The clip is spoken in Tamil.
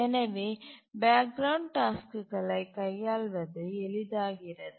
எனவே பேக்ரவுண்ட் டாஸ்க்குகளை கையாள்வது எளிதாகிறது